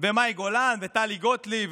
מאי גולן, טלי גוטליב,